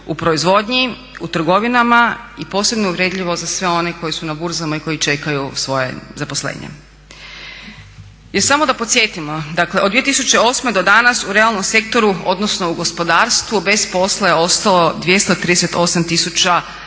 u proizvodnji, u trgovinama i posebno je uvredljivo za sve one koji su na burzama i koji čekaju svoje zaposlenje. Jer samo da podsjetimo, dakle od 2008.do danas u realnom sektoru, odnosnu u gospodarstvu bez posla je ostao 238 000